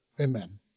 Amen